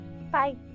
Bye